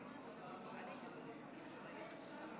יושב-ראש הוועדה המסדרת לעניין